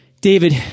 David